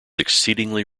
exceedingly